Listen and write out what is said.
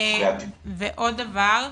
עוד דבר,